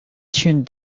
tuned